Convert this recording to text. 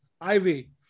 Ivy